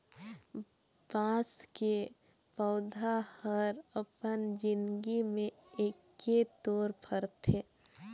बाँस के पउधा हर अपन जिनगी में एके तोर फरथे